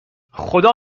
خدا